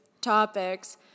topics